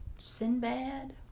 Sinbad